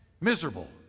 miserable